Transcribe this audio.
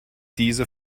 diese